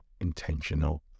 intentional